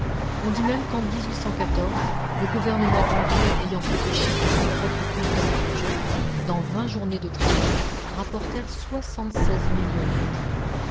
on dit même qu'en le gouvernement anglais ayant fait pêcher pour son propre compte ses plongeurs dans vingt journées de travail rapportèrent soixante-seize millions d'huîtres